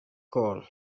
col